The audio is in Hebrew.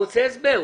הוא רוצה הסבר.